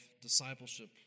discipleship